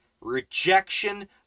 rejection